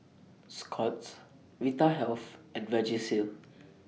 Scott's Vitahealth and Vagisil